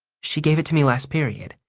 she gave it to me last period.